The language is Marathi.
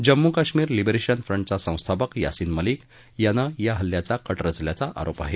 जम्मू कश्मीर लिबरेशन फ्रंटचा संस्थापक यासीन मलिक यानं या हल्ल्याचा कट रचल्याचा आरोप आहे